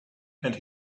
and